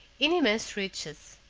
in immense riches.